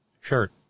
shirt